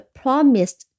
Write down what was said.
promised